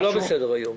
הוא לא בסדר היום.